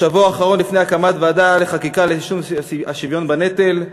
בשבוע האחרון לפני הקמת ועדה לחקיקה ליישום השוויון בנטל,